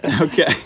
Okay